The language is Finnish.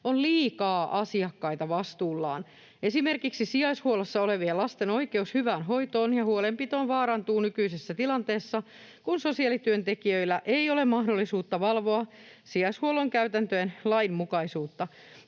on liikaa asiakkaita vastuullaan. Esimerkiksi sijaishuollossa olevien lasten oikeus hyvään hoitoon ja huolenpitoon vaarantuu nykyisessä tilanteessa, kun sosiaalityöntekijöillä ei ole mahdollisuutta valvoa sijaishuollon käytäntöjen lainmukaisuutta.